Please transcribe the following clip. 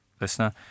listener